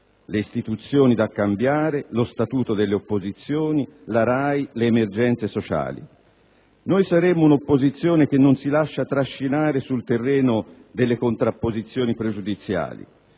le istituzioni da cambiare, lo statuto delle opposizioni, la RAI, le emergenze sociali. Noi saremo un'opposizione che non si lascerà trascinare sul terreno delle contrapposizioni pregiudiziali: